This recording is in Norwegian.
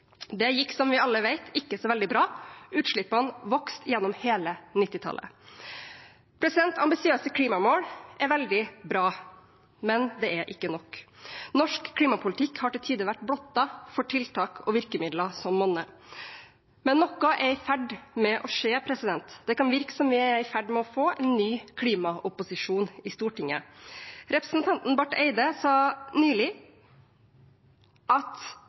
Det gikk, som vi alle vet, ikke så veldig bra. Utslippene vokste gjennom hele 1990-tallet. Ambisiøse klimamål er veldig bra, men det er ikke nok. Norsk klimapolitikk har til tider vært blottet for tiltak og virkemidler som monner. Men noe er i ferd med å skje. Det kan virke som om vi er i ferd med å få en ny klimaopposisjon i Stortinget. Representanten Barth Eide sa nylig at